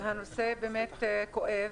הנושא באמת כואב.